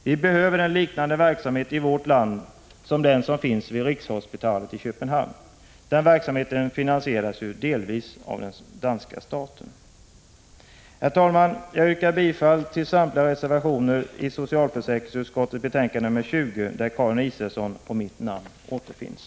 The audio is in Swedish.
Vi behöver en verksamhet i vårt land liknande den som bedrivs vid Rigshospitalet i Köpenhamn. Den verksamheten finansieras delvis av den danska staten. Herr talman! Jag yrkar bifall till samtliga reservationer i socialförsäkringsutskottets betänkande nr 20 där Karin Israelssons och mitt namn återfinns.